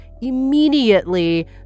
immediately